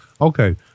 Okay